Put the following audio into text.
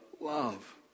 love